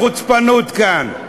ירצה להגיב גם לך יש.